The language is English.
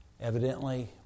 evidently